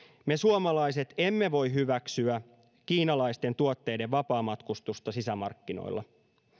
me suomalaiset emme voi hyväksyä kiinalaisten tuotteiden vapaamatkustusta sisämarkkinoilla